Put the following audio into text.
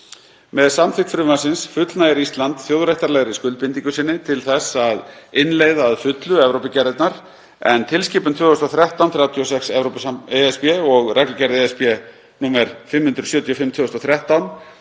Með samþykkt frumvarpsins fullnægir Ísland þjóðarréttarlegri skuldbindingu sinni til þess að innleiða að fullu Evrópugerðirnar, en tilskipun 2013/36/ESB og reglugerð (ESB) nr. 575/2013